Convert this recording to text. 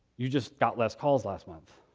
you just got less calls last month.